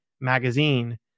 magazine